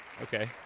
Okay